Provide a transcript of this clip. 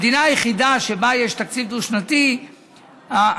המדינה היחידה שבה יש תקציב דו-שנתי היא בחריין.